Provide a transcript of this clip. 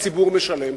הציבור משלם.